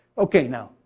okay now.